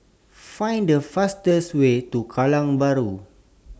Find The fastest Way to Kallang Bahru